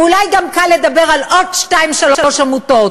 ואולי גם קל לדבר על עוד שתיים-שלוש עמותות.